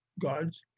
God's